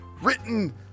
written